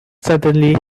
certainly